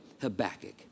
Habakkuk